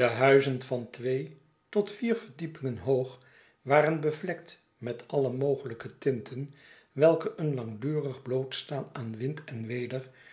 de huizen van twee tot vier verdiepingen hoog waren bevlekt met alle mogelijke tinten welke een langdurig blootstaan aan wind en weder